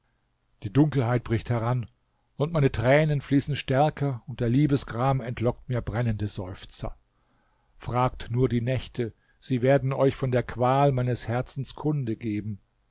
die dunkelheit bricht heran und meine tränen fließen stärker und der liebesgram entlockt mir brennende seufzer fragt nur die nächte sie werden euch von der qual meines herzens kunde geben